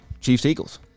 Chiefs-Eagles